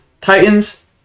Titans